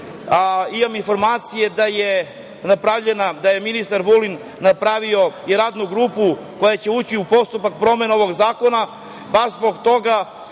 informacije da je ministar Vulin napravio i Radnu grupu koja će ući u postupak promena ovog zakona